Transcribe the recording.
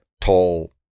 tall